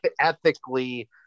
ethically